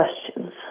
questions